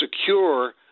secure